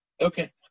Okay